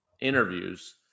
interviews